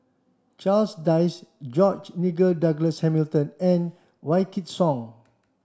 Charles Dyce George Nigel Douglas Hamilton and Wykidd Song